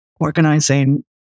organizing